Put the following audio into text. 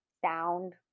sound